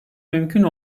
mümkün